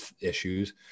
issues